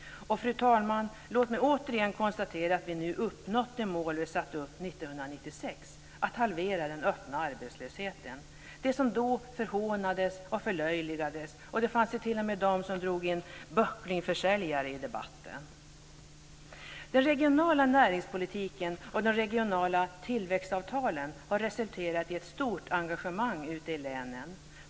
Fru talman! Låt mig återigen konstatera att vi nu uppnått det mål som vi satte upp 1996, att halvera den öppna arbetslösheten - det som då förhånades och förlöjligades. Det fanns t.o.m. debattörer som drog in böcklingförsäljare i debatten. Den regionala näringspolitiken och de regionala tillväxtavtalen har resulterat i ett stort engagemang ute i länen.